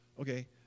Okay